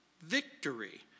victory